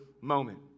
moment